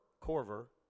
Corver